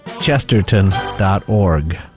Chesterton.org